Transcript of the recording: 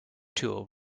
tool